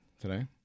today